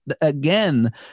again